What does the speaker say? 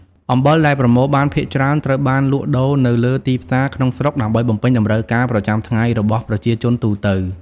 អំបិលដែលប្រមូលបានភាគច្រើនត្រូវបានលក់ដូរនៅលើទីផ្សារក្នុងស្រុកដើម្បីបំពេញតម្រូវការប្រចាំថ្ងៃរបស់ប្រជាជនទូទៅ។